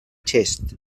xest